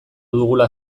dugula